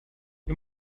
you